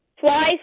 Twice